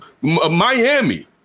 Miami